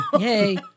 Yay